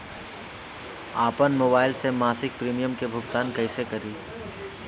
आपन मोबाइल से मसिक प्रिमियम के भुगतान कइसे करि?